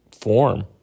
form